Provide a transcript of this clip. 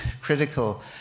critical